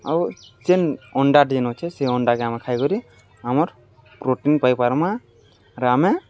ଆଉ ଯେନ୍ ଅଣ୍ଡା ଯେନ୍ ଅଛେ ସେ ଅଣ୍ଡାକେ ଆମେ ଖାଇକରି ଆମର୍ ପ୍ରୋଟିନ୍ ପାଇପାର୍ମା ଆର୍ ଆମେ